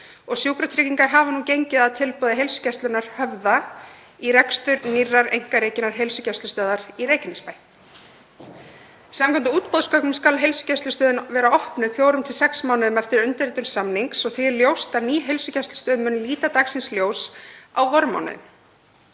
Sjúkratryggingar hafa nú gengið að tilboði Heilsugæslunnar Höfða í rekstur nýrrar einkarekinnar heilsugæslustöðvar í Reykjanesbæ. Samkvæmt útboðsgögnum skal heilsugæslustöðin vera opnuð fjórum til sex mánuðum eftir undirritun samnings. Því er ljóst að ný heilsugæslustöð mun líta dagsins ljós á vormánuðum.